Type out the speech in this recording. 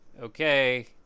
okay